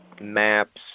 maps